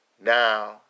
now